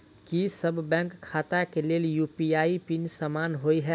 की सभ बैंक खाता केँ लेल यु.पी.आई पिन समान होइ है?